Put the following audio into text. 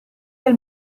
del